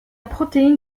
protéine